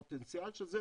הפוטנציאל של זה,